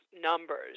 numbers